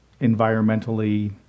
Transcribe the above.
environmentally